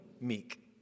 meek